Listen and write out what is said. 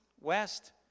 West